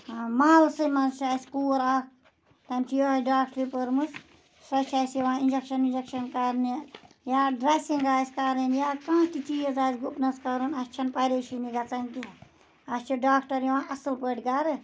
محلسٕے منٛز چھِ اَسہِ کوٗر اَکھ تَمہِ چھِ یوٚہَے ڈاکٹرٛی پٔرمٕژ سۄ چھِ اَسہِ یِوان اِنجَکشَن وِنجَکشَن کَرنہِ یا ڈرٛسِنٛگ آسہِ کَرٕنۍ یا کانٛہہ تہِ چیٖز آسہِ گُپنَس کَرُن اَسہِ چھِنہٕ پریشٲنی گژھان کینٛہہ اَسہِ چھِ ڈاکٹر یِوان اَصٕل پٲٹھۍ گَرٕ